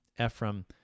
Ephraim